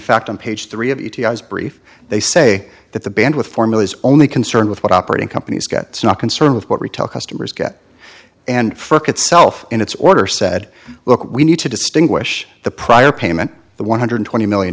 fact on page three of it was brief they say that the band with formulas only concerned with what operating companies get not concerned with what retail customers get and first itself in its order said look we need to distinguish the prior payment the one hundred twenty million